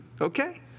Okay